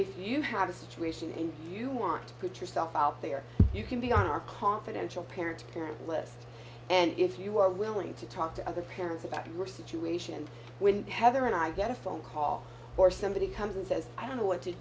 if you have a situation and you want to put yourself out there you can be our confidential parent to parent list and if you are willing to talk to other parents about your situation when heather and i get a phone call or somebody comes and says i don't know what to